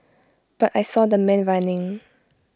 but I saw the man running